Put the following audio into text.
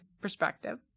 perspective